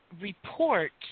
report